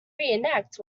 reenact